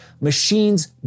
Machines